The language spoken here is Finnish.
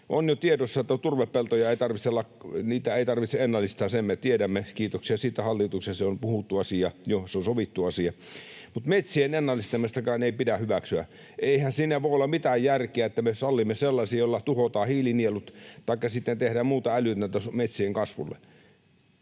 On jo tiedossa, että turvepeltoja ei tarvitse ennallistaa, sen me tiedämme. Kiitoksia siitä hallitukselle. Se on puhuttu asia jo, se on sovittu asia. Mutta metsien ennallistamistakaan ei pidä hyväksyä. Eihän siinä voi olla mitään järkeä, että me sallimme sellaista, millä tuhotaan hiilinielut, taikka sitten tehdään muuta älytöntä metsien kasvulle.